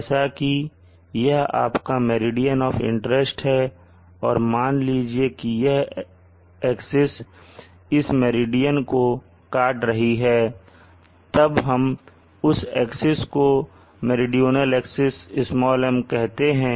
जैसा कि यह आपका मेरिडियन ऑफ इंटरेस्ट है और मान लीजिए की यह एक्सिस इस मेरिडियन को काट रही है तब हम उस एक्सिस को मेरीडोनल एक्सिस "m" कहते हैं